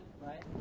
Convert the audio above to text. right